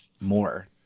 more